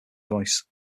voice